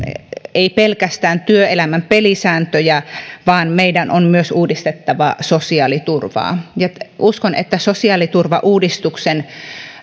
ei pelkästään työelämän pelisääntöjä vaan myös sosiaaliturvaa uskon että sosiaaliturvauudistuksen